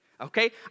okay